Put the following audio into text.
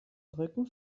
rücken